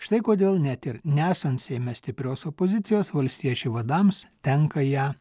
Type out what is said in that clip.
štai kodėl net ir nesant seime stiprios opozicijos valstiečių vadams tenka ją